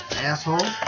Asshole